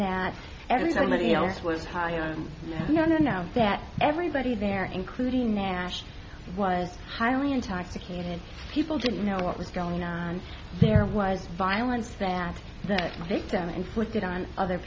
that everybody else was known announced that everybody there including nash was highly intoxicated people didn't know what was going on there was violence that the victim inflicted on other